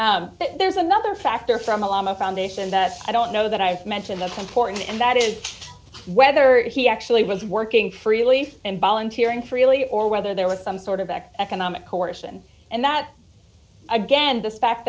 there's another factor from the lama foundation that i don't know that i've mentioned the importance and that is whether he actually was working freely and volunteer and freely or whether there was some sort of back economic coercion and that again the fact